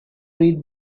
read